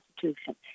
Constitution